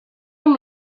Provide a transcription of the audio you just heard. amb